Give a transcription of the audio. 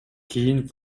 кийин